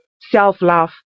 self-love